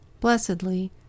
Blessedly